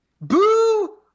Boo